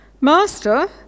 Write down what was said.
Master